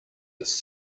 this